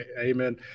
Amen